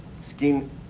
Skin